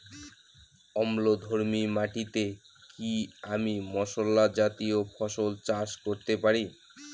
অম্লধর্মী মাটিতে কি আমি মশলা জাতীয় ফসল চাষ করতে পারি?